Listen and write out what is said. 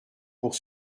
pour